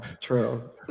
true